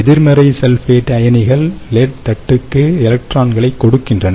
எதிர்மறை சல்பேட் அயனிகள் லெட் தட்டுக்கு எலக்ட்ரான்களைக் கொடுக்கின்றன